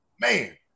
man